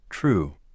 True